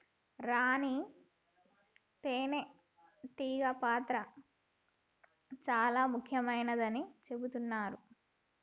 రాణి తేనే టీగ పాత్ర చాల ముఖ్యమైనదని చెబుతున్నరు